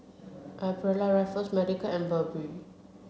Aprilia Raffles Medical and Burberry